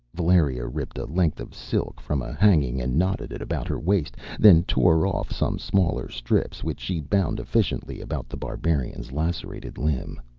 valeria ripped a length of silk from a hanging and knotted it about her waist, then tore off some smaller strips which she bound efficiently about the barbarian's lacerated limb.